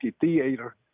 theater